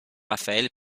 rafael